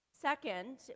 Second